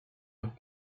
leurs